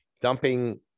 dumping